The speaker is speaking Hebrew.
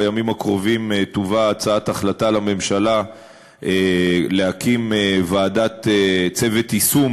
בימים הקרובים תובא הצעת החלטה לממשלה להקים צוות יישום,